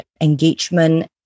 engagement